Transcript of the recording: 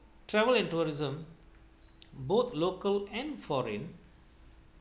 travel and tourism both local and foreign